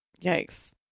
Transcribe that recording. Yikes